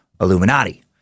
Illuminati